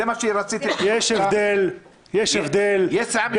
זה מה שרציתי לשאול אותך, היה מיזוג?